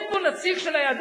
נניח שזה לא בסדר,